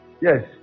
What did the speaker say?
Yes